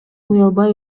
уялбай